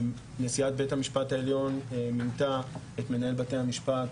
נשיאת בית המשפט העליון מינתה את מנהל בתי המשפט